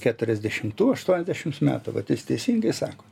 keturiasdešimtų aštuoniasdešims metų vat jis teisingai sako